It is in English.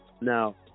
Now